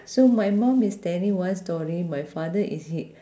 so my mum is telling one story my father is he